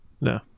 No